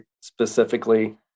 specifically